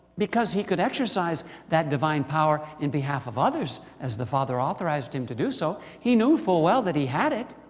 because he could exercise that divine power in behalf of others, as the father authorized him to do so. he knew full well that he had it.